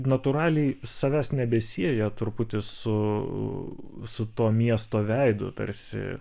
natūraliai savęs nebesieja truputį su su to miesto veidu tarsi